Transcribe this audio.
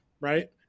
Right